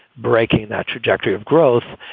breaking that trajectory of growth.